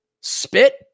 Spit